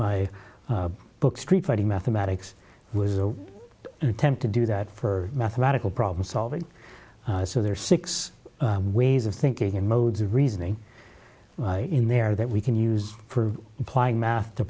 my book street fighting mathematics was a temp to do that for mathematical problem solving so there are six ways of thinking and modes of reasoning in there that we can use for applying math